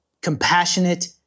compassionate